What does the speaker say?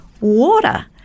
Water